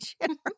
general